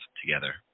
together